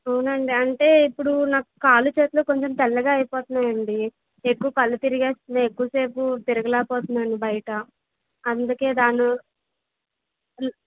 అవునాండి అంటే ఇప్పుడు నాకు కాళ్ళు చేతులు కొంచెం తెల్లగా అయిపోతున్నాయి అండి ఎక్కువ కళ్ళు తిరిగేస్తున్నాయ్ ఎక్కువసేపు తిరగలేకపోతున్నాను బయట అందుకే దాని